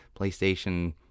playstation